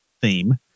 theme